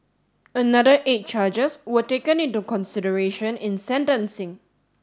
another eight charges were taken into consideration in sentencing